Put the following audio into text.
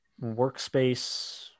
workspace